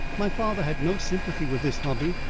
my father had no sympathy with this hobby.